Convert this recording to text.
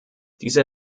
diese